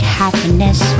happiness